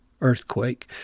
earthquake